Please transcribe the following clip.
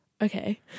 okay